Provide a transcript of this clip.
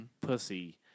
pussy